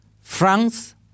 France